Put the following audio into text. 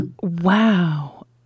Wow